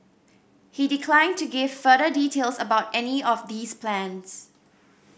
he declined to give further details about any of these plans